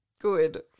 Good